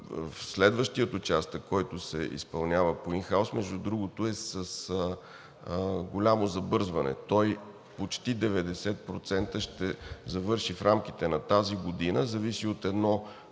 Следващият участък, който се изпълнява по ин хаус, между другото, е с голямо забързване. Той почти 90% ще завърши в рамките на тази година. Зависи от една